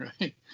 right